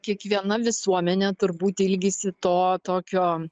kiekviena visuomenė turbūt ilgisi to tokio